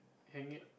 hang it